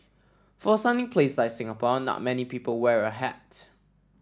for a sunny place like Singapore not many people wear a hat